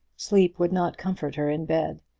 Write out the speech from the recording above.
sleep would not comfort her in bed,